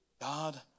God